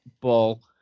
ball